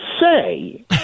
say